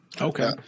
Okay